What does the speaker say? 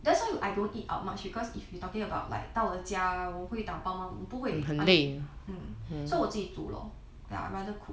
that's why I don't eat out much because if you talking about like 到了家我会打包吗不会 hmm so 我自己煮 lor